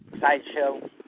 Sideshow